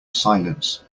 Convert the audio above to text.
silence